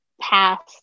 past